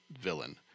villain